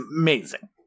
amazing